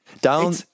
down